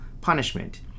punishment